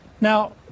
Now